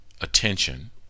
attention